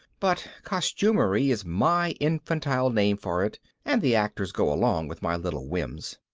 but costumery is my infantile name for it and the actors go along with my little whims.